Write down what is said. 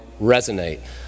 resonate